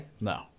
No